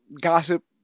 gossip